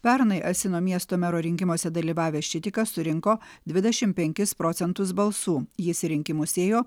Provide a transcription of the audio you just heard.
pernai asino miesto mero rinkimuose dalyvavęs šitikas surinko dvidešim penkis procentus balsų jis į rinkimus ėjo